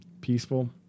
peaceful